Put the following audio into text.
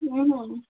হুম